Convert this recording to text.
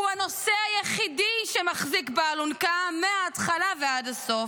הוא הנושא היחיד שמחזיק באלונקה מההתחלה ועד הסוף,